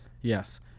Yes